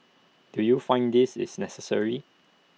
do you find this is necessary